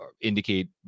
indicate